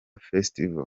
festival